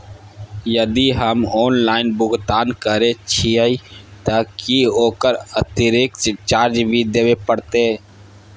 यदि हम ऑनलाइन भुगतान करे छिये त की ओकर अतिरिक्त चार्ज भी देबे परतै?